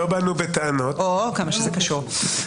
אוהו כמה שזה קשור.